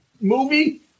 movie